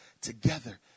together